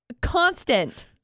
constant